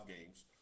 games